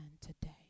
today